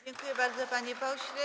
Dziękuję bardzo, panie pośle.